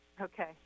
okay